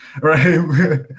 right